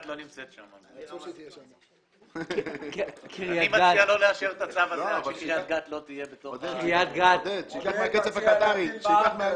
8-8. זה שימור המצב הקיים.